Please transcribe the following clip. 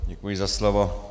Děkuji za slovo.